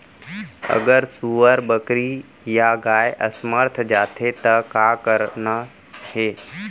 अगर सुअर, बकरी या गाय असमर्थ जाथे ता का करना हे?